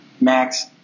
Max